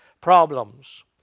problems